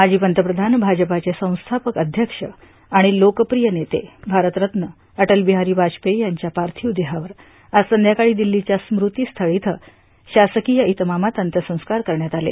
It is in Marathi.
माजी पंतप्रधान भाजपाचे संस्थापक अध्यक्ष आणि लोकप्रिय नेते भारतरत्न अटल बिहारी वाजपेयी यांच्या पार्थिव देहावर आज संध्याकाळी दिल्लीच्या स्मृती स्थळ इथं शासकिय इतमामात अंत्य संस्कार करण्यात आले